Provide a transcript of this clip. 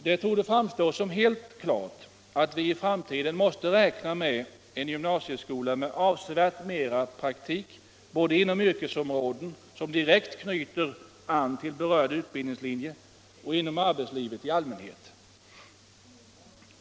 Det torde framstå som helt klart att vi i framtiden måste räkna med en gymnasieskola med avsevärt mera praktik både inom yrkesområden som direkt knyter an till berörd utbildningslinje och inom arbetslivet i allmänhet.